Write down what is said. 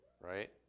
Right